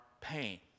pain